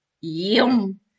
yum